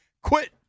quit